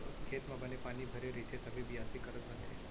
खेत म बने पानी भरे रइथे तभे बियासी करत बनथे